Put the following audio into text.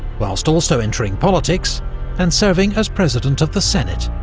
whilst also entering politics and serving as president of the senate.